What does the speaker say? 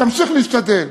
תמשיך להשתדל.